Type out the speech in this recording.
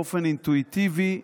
באופן אינטואיטיבי,